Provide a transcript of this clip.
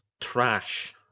trash